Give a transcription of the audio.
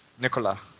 Nicola